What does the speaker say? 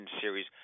series